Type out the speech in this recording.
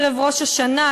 מערב ראש השנה,